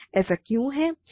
ऐसा क्यों है